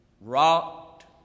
rocked